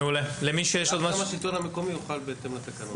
ואז גם השלטון המקומי יוכל בהתאם לתקנות.